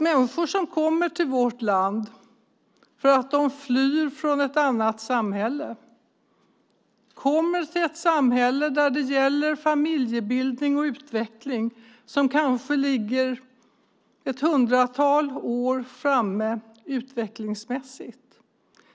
Människor som kommer till vårt land för att de flyr från ett annat kommer till ett samhälle med familjebildning och utveckling som ligger kanske ett hundratal år framme.